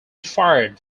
fired